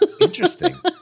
Interesting